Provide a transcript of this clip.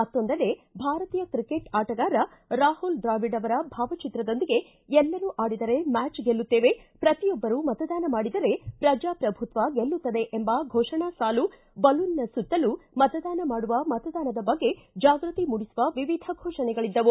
ಮತ್ತೊಂದೆಡೆ ಭಾರತೀಯ ಕ್ರಿಕೆಟ್ ಆಟಗಾರ ರಾಹುಲ್ ಧಾವಿಡ್ ಅವರ ಭಾವಚಿತ್ರದೊಂದಿಗೆ ಎಲ್ಲರೂ ಆಡಿದರೆ ಮ್ಲಾಚ್ ಗೆಲ್ಲುತ್ತೇವೆ ಪ್ರತಿಯೊಬ್ಬರು ಮತದಾನ ಮಾಡಿದರೆ ಪ್ರಜಾಪ್ರಭುತ್ವ ಗೆಲ್ಲುತ್ತದೆ ಎಂಬ ಘೋಷಣಾ ಸಾಲು ಬಲೂನ್ನ ಸುತ್ತಲು ಮತದಾನ ಮಾಡುವ ಮತದಾನದ ಬಗ್ಗೆ ಜಾಗೃತಿ ಮೂಡಿಸುವ ವಿವಿಧ ಘೋಷಣೆಗಳಿದ್ದವು